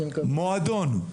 מועדון,